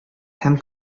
һәм